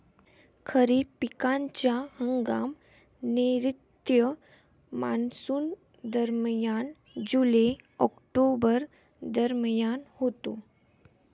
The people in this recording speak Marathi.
खरीप पिकांचा हंगाम नैऋत्य मॉन्सूनदरम्यान जुलै ऑक्टोबर दरम्यान होतो